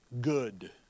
good